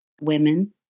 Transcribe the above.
women